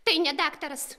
tai ne daktaras